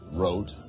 wrote